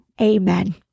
Amen